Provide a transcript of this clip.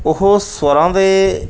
ਉਹ ਸਵਰਾਂ ਦੇ